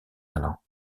allant